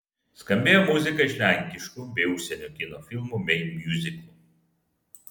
skambėjo muzika iš lenkiškų bei užsienio kino filmų bei miuziklų